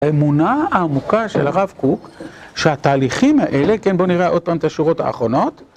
אמונה העמוקה של הרב קוק שהתהליכים האלה, כן בוא נראה עוד פעם את השורות האחרונות